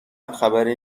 خبری